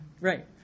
Right